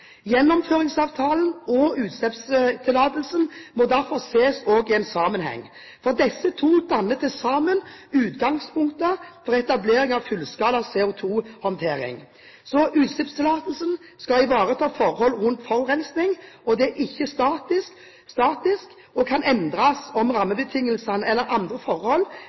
Gjennomføringsavtalen og utslippstillatelsen må derfor også ses i sammenheng, for disse to danner til sammen utgangspunktet for etablering av fullskala CO2-håndtering. Utslippstillatelsen skal ivareta forhold rundt forurensing. Den er ikke statisk og kan endres om rammebetingelsene eller andre forhold